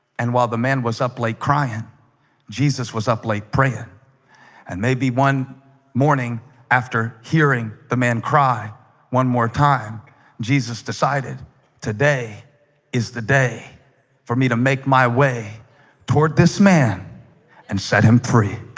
and while the man was up late crying jesus was up late praying and maybe one morning after hearing the man cry one more time jesus decided today is the day for me to make my way toward this man and set him free